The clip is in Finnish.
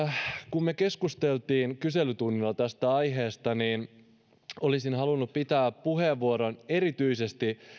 kun me keskustelimme kyselytunnilla tästä aiheesta niin olisin halunnut pitää puheenvuoron erityisesti